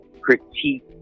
critique